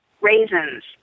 raisins